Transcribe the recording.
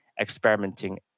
experimenting